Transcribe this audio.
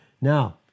Now